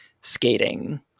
skating